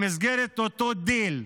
במסגרת אותו דיל,